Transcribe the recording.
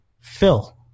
Phil